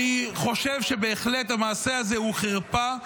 --- אני חושב שבהחלט המעשה הזה הוא חרפה.